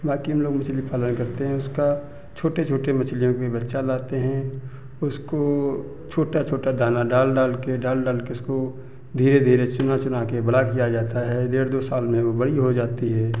बाकी हम लोग मछली पालन करते हैं उसका छोटे छोटे मछलियों के बच्चा लाते हैं उसको छोटा छोटा दाना डाल डाल के डाल डाल के उसको धीरे धीरे चुना चुना के बड़ा किया जाता है डेढ़ दो साल में वो बड़ी हो जाती है